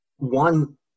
One